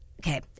Okay